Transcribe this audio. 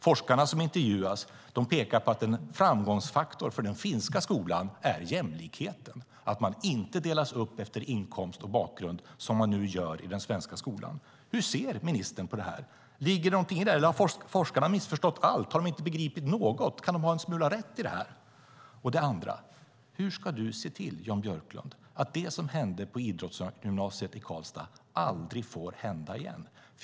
Forskarna som intervjuas pekar på att en framgångsfaktor för den finska skolan är jämlikheten, att man inte delas upp efter inkomst och bakgrund, som man nu gör i den svenska skolan. Hur ser ministern på det? Ligger det någonting i detta, eller har forskarna missförstått allt? Har de inte begripit något? Kan de ha en smula rätt i det här? Den andra frågan är: Hur ska du se till, Jan Björklund, att det som hände på idrottsgymnasiet i Karlstad aldrig får hända igen?